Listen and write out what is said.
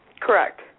Correct